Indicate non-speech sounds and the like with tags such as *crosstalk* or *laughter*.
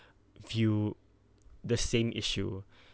*breath* view the same issue *breath*